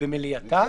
במליאתה.